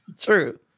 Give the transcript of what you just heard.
True